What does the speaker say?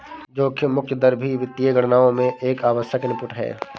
जोखिम मुक्त दर भी वित्तीय गणनाओं में एक आवश्यक इनपुट है